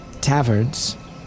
taverns